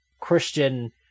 christian